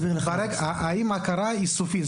והאם ההכרה היא סופית?